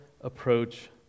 approach